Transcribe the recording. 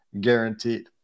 guaranteed